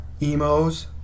emos